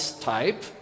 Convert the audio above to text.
type